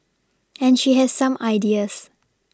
and she has some ideas